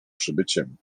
przybyciem